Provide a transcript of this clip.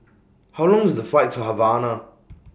How Long IS The Flight to Havana